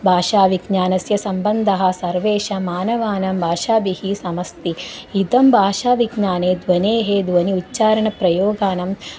भाषाविज्ञानस्य सम्बन्धः सर्वेषां मानवानां भाषाभिः समस्ति इदं भाषाविज्ञाने ध्वनेः ध्वनिः उच्चारणप्रयोगानाम्